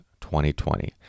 2020